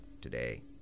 today